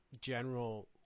general